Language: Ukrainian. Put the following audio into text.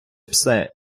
псе